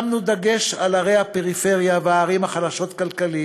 שמנו דגש בערי הפריפריה ועל הערים החלשות כלכלית.